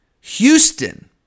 Houston